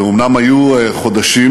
ואומנם היו חודשים